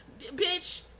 bitch